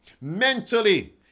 mentally